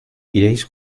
iréis